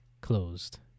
closed